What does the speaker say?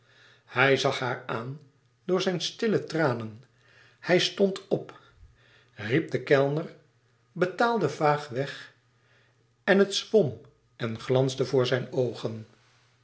hij zag haar aan door zijn stille tranen hij stond op riep den kellner betaalde vaagweg en het zwom en glansde voor zijne oogen